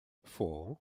four